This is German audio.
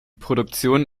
produktion